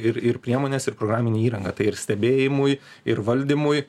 ir ir priemones ir programinę įrangą tai ir stebėjimui ir valdymui